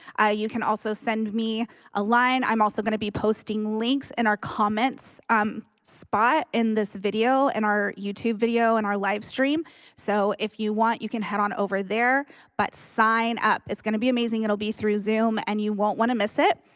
you can also send me a line i'm also going to be posting links in our comments um spot in this video in and our youtube video and our live stream so if you want you can head on over there but sign up it's gonna be amazing it'll be through zoom and you won't want to miss it.